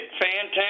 fantastic